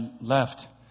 left